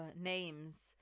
names